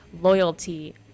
loyalty